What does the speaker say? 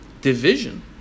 Division